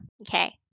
Okay